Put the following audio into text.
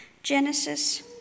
Genesis